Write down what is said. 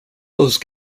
those